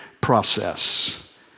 process